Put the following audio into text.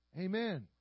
Amen